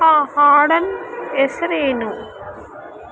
ಆ ಹಾಡಿನ ಹೆಸ್ರೇನು